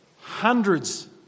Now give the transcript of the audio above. hundreds